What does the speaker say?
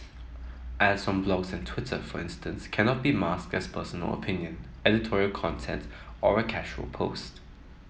ads on blogs and Twitter for instance cannot be masked as personal opinion editorial content or a casual post